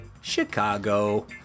Chicago